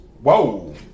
Whoa